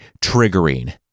triggering